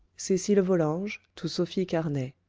cecilia volanges to sophia carnay.